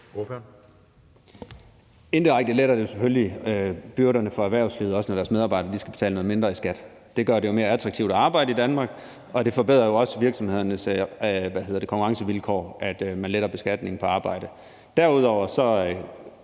Indirekte letter det jo selvfølgelig byrderne for erhvervslivet, også når deres medarbejdere skal betale noget mindre i skat. Det gør det jo mere attraktivt at arbejde i Danmark, og det forbedrer jo også virksomhedernes konkurrencevilkår, at man letter beskatningen på arbejde. Derudover har